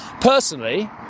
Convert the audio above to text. Personally